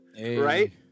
Right